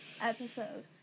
Episode